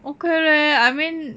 okay leh I mean